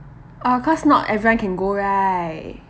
oh cause not everyone can go right